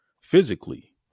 physically